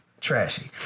trashy